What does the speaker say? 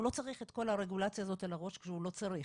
הוא לא צריך את כל הרגולציה הזו על הראש כי הוא לא צריך,